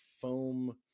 foam